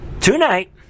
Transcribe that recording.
Tonight